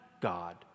God